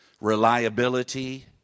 reliability